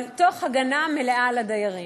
אבל תוך הגנה מלאה על הדיירים.